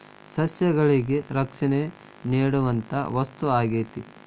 ಸಸ್ಯಗಳಿಗೆ ರಕ್ಷಣೆ ನೇಡುವಂತಾ ವಸ್ತು ಆಗೇತಿ